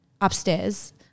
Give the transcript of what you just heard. upstairs